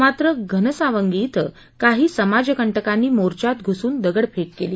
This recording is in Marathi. मात्र घनसावंगी इथं काही समाजक कांनी मोर्चात घुसून दगडफेक केली